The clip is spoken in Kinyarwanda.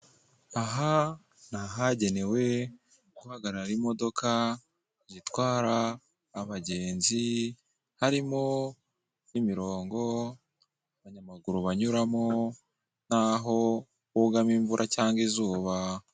Aha ni ahagenewe guhagarara imodoka zitwara abagenzi. Harimo n'imirongo abanyamaguru banyuramo n'aho bugama imvura cyangwa izuba.